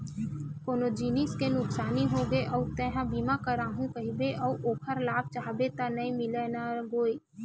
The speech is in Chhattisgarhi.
कोनो जिनिस के नुकसानी होगे अउ तेंहा बीमा करवाहूँ कहिबे अउ ओखर लाभ चाहबे त नइ मिलय न गोये